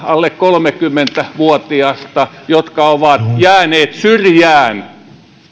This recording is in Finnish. alle kolmekymmentä vuotiasta nuorta jotka ovat jääneet syrjään